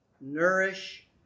nourish